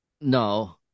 No